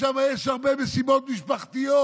ששם יש הרבה מסיבות משפחתיות,